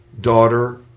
daughter